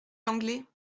l’anglais